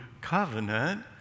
covenant